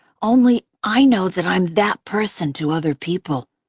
only, i know that i'm that person to other people,